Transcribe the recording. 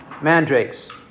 mandrakes